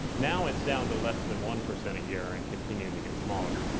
now it's down to less than one percent a year and continuing to get smaller.